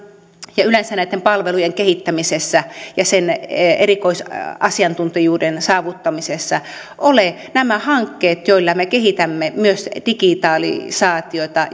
ja yleensä näitten palvelujen kehittämisessä ja sen erikoisasiantuntijuuden saavuttamisessa ole nämä hankkeet joilla me kehitämme myös digitalisaatiota